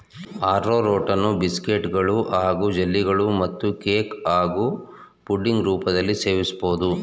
ಆರ್ರೋರೂಟನ್ನು ಬಿಸ್ಕೆಟ್ಗಳು ಹಾಗೂ ಜೆಲ್ಲಿಗಳು ಮತ್ತು ಕೇಕ್ ಹಾಗೂ ಪುಡಿಂಗ್ ರೂಪದಲ್ಲೀ ಸೇವಿಸ್ಬೋದು